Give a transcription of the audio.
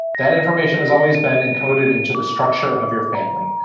that information has always been encoded into the structure of your family.